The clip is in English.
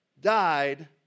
died